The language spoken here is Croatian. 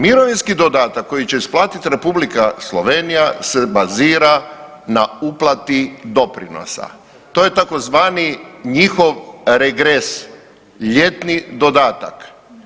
Mirovinski dodatak koji će isplatit Republika Slovenija se bazira na uplati doprinosa, to je tzv. njihov regres, ljetni dodatak.